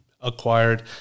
acquired